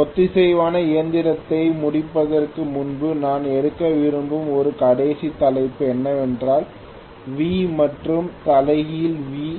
ஒத்திசைவான இயந்திரத்தை முடிப்பதற்கு முன்பு நான் எடுக்க விரும்பும் ஒரு கடைசி தலைப்பு என்னவென்றால் வி மற்றும் தலைகீழ் வி